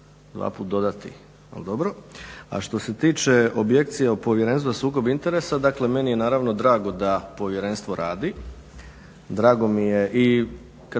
dvaput dodati al dobro. A što se tiče objekcija o Povjerenstvu sukob interesa, dakle meni je naravno drago da povjerenstvo radi, drago mi je i